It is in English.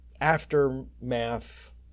aftermath